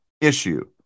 issue